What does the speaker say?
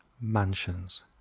mansions